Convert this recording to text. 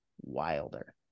wilder